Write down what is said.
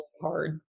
hard